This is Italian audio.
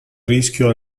rischio